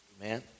Amen